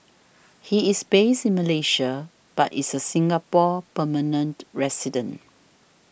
he is based in Malaysia but is a Singapore permanent resident